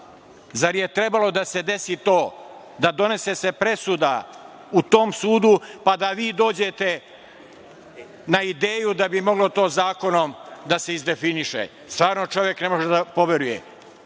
Zar je trebalo da se desi to da se donese presuda u tom sudu, pa da vi dođete na ideju da bi moglo to zakonom da se izdefiniše. Stvarno čovek ne može da poveruje